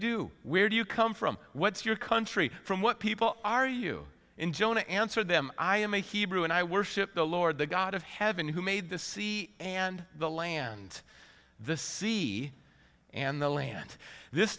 do where do you come from what's your country from what people are you in jonah answered them i am a hebrew and i worship the lord the god of heaven who made the sea and the land the sea and the land this